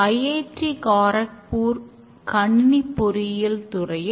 extreme programming மற்றும் scrum